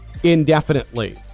indefinitely